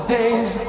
days